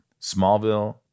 Smallville